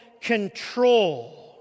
control